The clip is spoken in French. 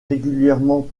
régulièrement